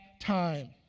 time